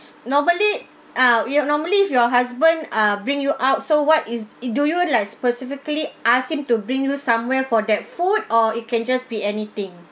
s~ normally ah you normally if your husband ah bring you out so what is it do you like specifically asked him to bring you somewhere for that food or it can just be anything